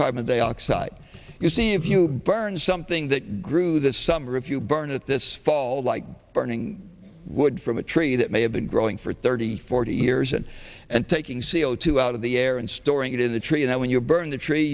carbon dioxide you see if you burn something that grew this summer if you burn it this fall like burning wood from a tree that may have been growing for thirty forty years and and taking c o two out of the air and storing it in the tree and when you burn the tree